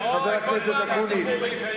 חבר הכנסת אקוניס,